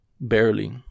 Barely